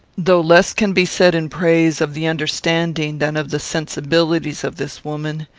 though less can be said in praise of the understanding than of the sensibilities of this woman,